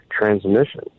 transmission